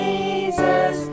Jesus